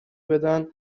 بدن